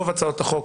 שתיים,